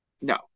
No